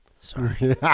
Sorry